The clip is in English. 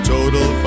Total